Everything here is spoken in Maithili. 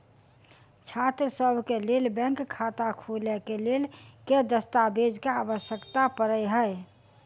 छात्रसभ केँ लेल बैंक खाता खोले केँ लेल केँ दस्तावेज केँ आवश्यकता पड़े हय?